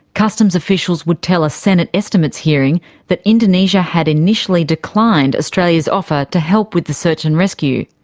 customs officials would tell a senate estimates hearing that indonesia had initially declined australia's offer to help with the search and rescue.